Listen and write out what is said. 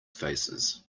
faces